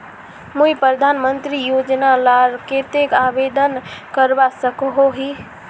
मुई प्रधानमंत्री योजना लार केते आवेदन करवा सकोहो ही?